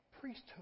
priesthood